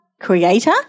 Creator